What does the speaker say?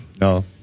no